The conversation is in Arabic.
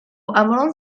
أمر